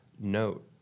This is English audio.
note